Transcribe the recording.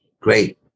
great